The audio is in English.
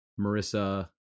Marissa